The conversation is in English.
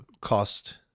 cost